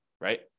right